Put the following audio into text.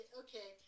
okay